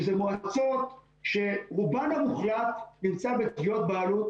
שהן מועצות שרובן המוחלט נמצא בתביעות בעלות